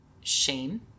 shame